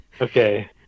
Okay